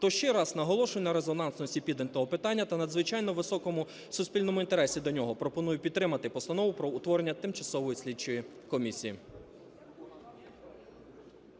То ще раз наголошую на резонансності піднятого питання та надзвичайно високому суспільному інтересі до нього. Пропоную підтримати Постанову про утворення Тимчасової слідчої комісії.